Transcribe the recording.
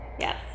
yes